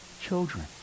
children